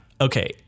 Okay